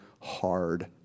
hard